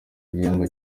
igihembo